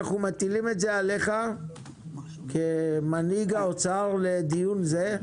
אנו מטילים את זה עליך כמנהיג האוצר לדיון זה.